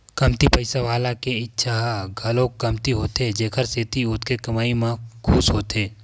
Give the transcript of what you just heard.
कमती पइसा वाला के इच्छा ह घलो कमती होथे जेखर सेती ओतके कमई म खुस होथे